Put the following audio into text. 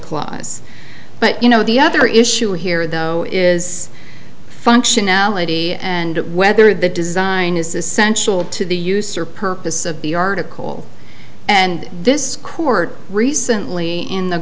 clause but you know the other issue here though is functionality and whether the design is essential to the use or purpose of the article and this court recently in the